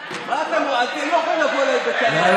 מה, אתם משגעים אותי, אני